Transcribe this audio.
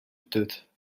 tooth